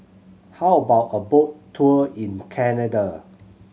how about a boat tour in Canada